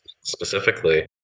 specifically